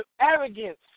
arrogance